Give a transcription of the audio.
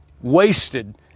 wasted